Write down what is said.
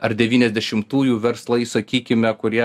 ar devyniasdešimtųjų verslai sakykime kurie